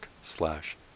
slash